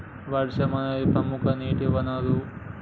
వర్షం అనేదిప్రముఖ నీటి వనరు